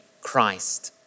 Christ